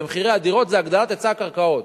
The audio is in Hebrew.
מחירי הדירות זה הגדלת היצע הקרקעות.